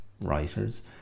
writers